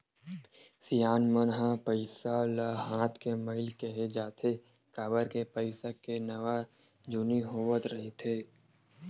सियान मन ह पइसा ल हाथ के मइल केहें जाथे, काबर के पइसा के नवा जुनी होवत रहिथे